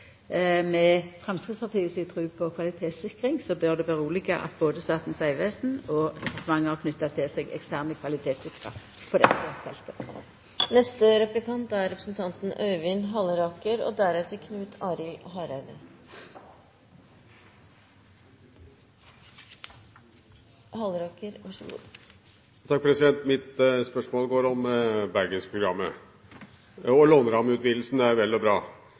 Med Framstegspartiet si tru på kvalitetssikring bør det trøysta at både Statens vegvesen og departementet har knytt til seg eksterne kvalitetssikrarar på dette feltet. Mitt spørsmål går på Bergensprogrammet. Lånerammeutvidelsen er vel og bra,